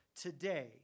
today